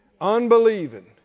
Unbelieving